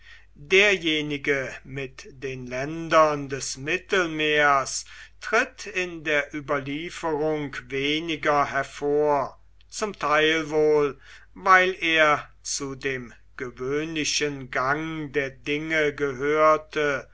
derjenige mit den ländern des mittelmeers tritt in der überlieferung weniger hervor zum teil wohl weil er zu dem gewöhnlichen gang der dinge gehörte